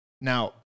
Now